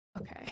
okay